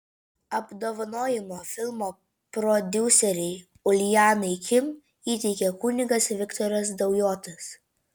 apdovanojimą filmo prodiuserei uljanai kim įteikė kunigas viktoras daujotas